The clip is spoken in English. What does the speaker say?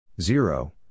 Zero